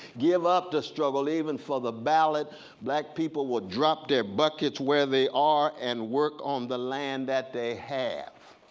give up the struggle even for the ballad. black people will drop their buckets where they are and work on the land that they have.